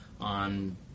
on